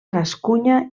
gascunya